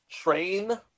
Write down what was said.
train